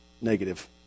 negative